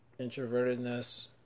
introvertedness